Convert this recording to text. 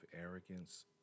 arrogance